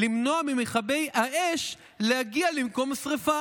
למנוע ממכבי האש להגיע למקום השרפה,